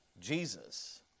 Jesus